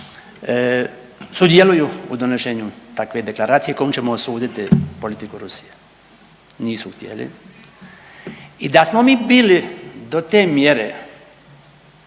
sudjeluju u donošenju takve deklaracije kojom ćemo osuditi politiku Rusije. Nisu htjeli i da smo mi bili do te mjere